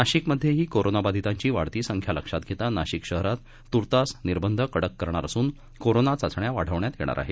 नाशिकमधेही corona बाधीतांची वाढती संख्या लक्षात घेता नाशिक शहरात तुर्तास निर्बंध कडक करणार असून कोरोना चाचण्या वाढवणार आहेत